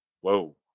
Whoa